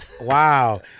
Wow